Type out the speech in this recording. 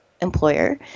employer